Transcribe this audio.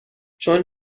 چون